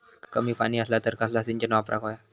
कमी पाणी असला तर कसला सिंचन वापराक होया?